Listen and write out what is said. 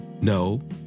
no